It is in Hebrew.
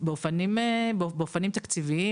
באופנים תקציביים,